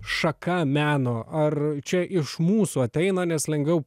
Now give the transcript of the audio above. šaka meno ar čia iš mūsų ateina nes lengviau